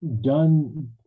done